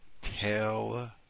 tell